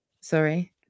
Sorry